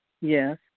Yes